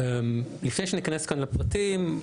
לפני שניכנס כאן לפרטים,